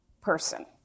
person